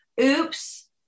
oops